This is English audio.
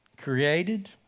created